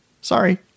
Sorry